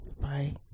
Bye